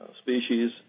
species